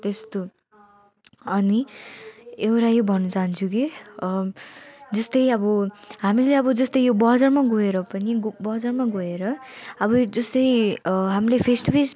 त्यस्तो अनि एउटा यो भन्न चाहन्छु कि जस्तै अब हामीले अब जस्तै बजारमा गएर पनि बजारमा गएर अब यो जस्तै हामीले फेस टू फेस